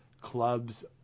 clubs